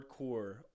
hardcore